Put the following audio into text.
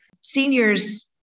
seniors